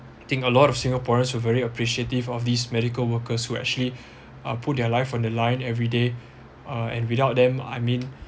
think a lot of singaporeans were very appreciative of these medical workers who actually uh put their life on the line everyday uh and without them I mean